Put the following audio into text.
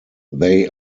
they